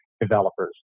developers